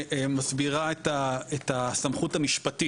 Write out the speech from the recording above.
אלא אם כן מסכנים את האינטרסים המוגנים שמנועים בתקנות.